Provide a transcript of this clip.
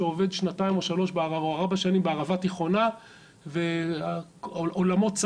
שעובד שנתיים-שלוש או ארבע שנים בערבה תיכונה ועולמו צר